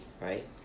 right